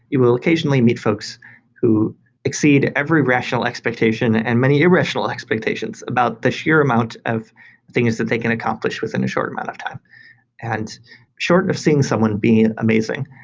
you will occasionally meet folks who exceed every rational expectation and many irrational expectations about the sheer amount of things that they accomplish within a short amount of time and short and of seeing someone being amazing.